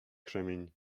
krzemień